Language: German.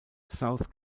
south